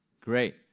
Great